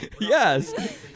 Yes